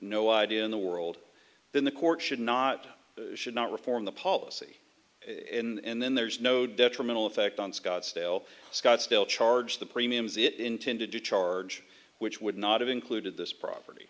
no idea in the world then the court should not should not reform the policy in there's no detrimental effect on scottsdale scottsdale charge the premiums it intended to charge which would not have included this property